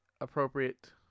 appropriate